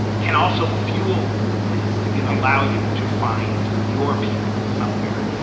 can also fuel this. it can allow you to find your people somewhere.